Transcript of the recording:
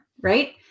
Right